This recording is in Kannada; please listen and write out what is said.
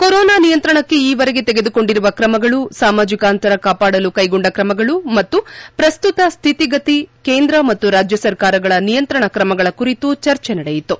ಕೊರೋನಾ ನಿಯಂತ್ರಣಕ್ಕೆ ಈವರೆಗೆ ತೆಗೆದುಕೊಂಡಿರುವ ಕ್ರಮಗಳು ಸಾಮಾಜಿಕ ಅಂತರ ಕಾಪಾಡಲು ಕ್ಷೆಗೊಂಡ ಕ್ರಮಗಳು ಮತ್ತು ಪ್ರಸ್ತುತ ಸ್ಥಿತಿಗತಿ ಕೇಂದ್ರ ಮತ್ತು ರಾಜ್ಯ ಸರ್ಕಾರಗಳ ನಿಯಂತ್ರಣ ಕ್ರಮಗಳ ಕುರಿತು ಚರ್ಚೆ ನಡೆಯಿತು